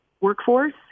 workforce